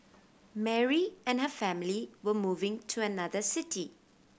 Mary and her family were moving to another city